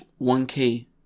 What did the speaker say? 1k